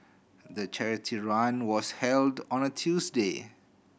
the charity run was held on a Tuesday